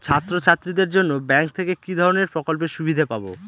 ছাত্রছাত্রীদের জন্য ব্যাঙ্ক থেকে কি ধরণের প্রকল্পের সুবিধে পাবো?